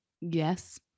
Yes